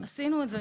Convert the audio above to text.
עשינו את זה.